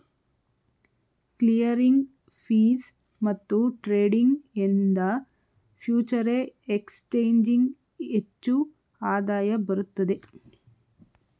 clearing fees ಮತ್ತು trading ಇಂದ ಫ್ಯೂಚರೆ ಎಕ್ಸ್ ಚೇಂಜಿಂಗ್ ಹೆಚ್ಚು ಆದಾಯ ಬರುತ್ತದೆ